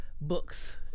books